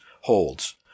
holds